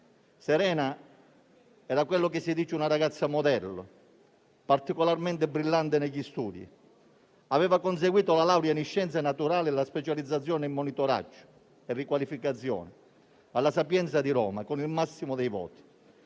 Serena era quello che si dice una ragazza modello, particolarmente brillante negli studi. Aveva conseguito la laurea in scienze naturali e la specializzazione in monitoraggio e riqualificazione all'università La Sapienza di Roma con il massimo dei voti;